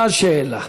מה השאלה?